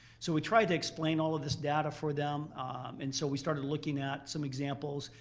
so we try to explain all of this data for them and so we started looking at some examples.